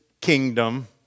kingdom